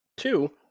Two